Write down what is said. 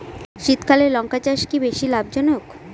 শীতকালে লঙ্কা চাষ কি বেশী লাভজনক?